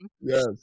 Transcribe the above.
Yes